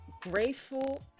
grateful